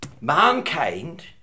Mankind